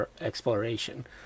exploration